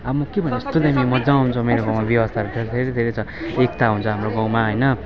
अब म के भन्नु यस्तो दामी मजा आउँछ मेरो गाउँमा व्यवस्थाहरू छ धेरै धेरै छ एकता हुन्छ हाम्रो गाउँमा होइन